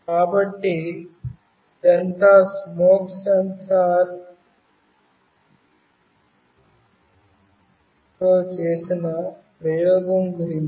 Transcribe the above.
కాబట్టి ఇదంతా స్మోక్ సెన్సార్తో చేసిన ప్రయోగం గురించి